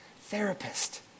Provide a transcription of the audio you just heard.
therapist